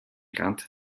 rand